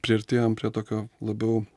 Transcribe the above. priartėjom prie tokio labiau